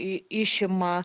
į išima